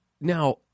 now